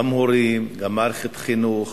גם מורים, גם מערכת החינוך